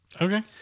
Okay